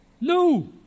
No